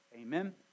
Amen